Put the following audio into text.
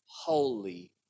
holy